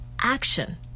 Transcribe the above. action